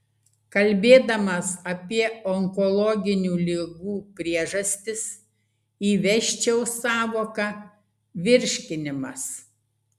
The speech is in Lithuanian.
kalbėdamas apie onkologinių ligų priežastis įvesčiau sąvoką virškinimas